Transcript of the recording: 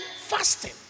fasting